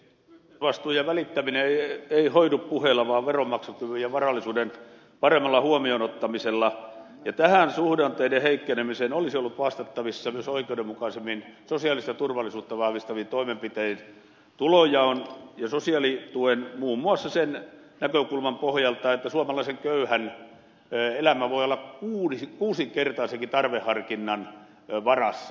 yhteisvastuu ja välittäminen eivät hoidu puheilla vaan veronmaksukyvyn ja varallisuuden paremmalla huomioon ottamisella ja tähän suhdanteiden heikkenemiseen olisi ollut vastattavissa myös oikeudenmukaisemmin sosiaalista turvallisuutta vahvistavin toimenpitein tulonjaon ja sosiaalituen muun muassa sen näkökulman pohjalta että suomalaisen köyhän elämä voi olla kuusinkertaisenkin tarveharkinnan varassa